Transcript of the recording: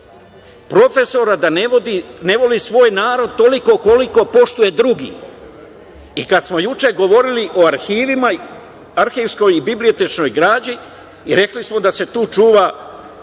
profesor a da ne voli svoj narod toliko koliko poštuje druge i kada smo juče govorili o arhivima, arhivskoj i bibliotečnoj građi rekli smo da se tu čuva